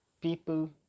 people